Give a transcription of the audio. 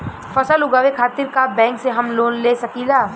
फसल उगावे खतिर का बैंक से हम लोन ले सकीला?